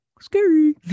Scary